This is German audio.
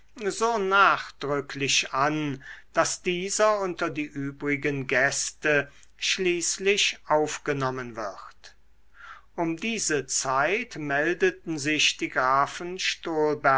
so nachdrücklich an daß dieser unter die übrigen gäste schließlich aufgenommen wird um diese zeit meldeten sich die